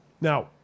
Now